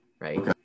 right